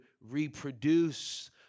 reproduce